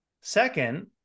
Second